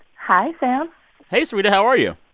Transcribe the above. hi, sam hey, sarita. how are you?